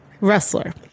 wrestler